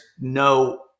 no